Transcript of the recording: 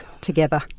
together